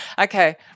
Okay